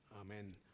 amen